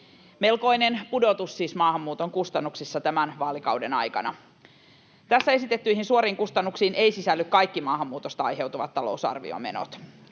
Melkoinen pudotus siis maahanmuuton kustannuksissa tämän vaalikauden aikana. Tässä esitettyihin suoriin kustannuksiin eivät sisälly kaikki maahanmuutosta aiheutuvat talousarviomenot,